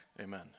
Amen